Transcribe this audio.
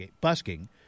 busking